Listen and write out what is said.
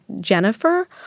Jennifer